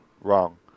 Wrong